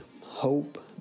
hope